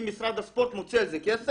אם משרד הספורט מוציא על זה כסף,